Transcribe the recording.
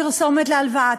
פרסומת להלוואה,